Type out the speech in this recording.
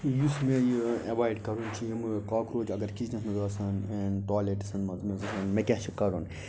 یُس مےٚ یہِ ایٚوویڈ کَرُن چھُ یِم کوکروج اگر کِچنَس مَنٛز آسَن ٹویلٹسَن مَنٛز مےٚ کیاہ چھُ کَرُن